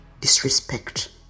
disrespect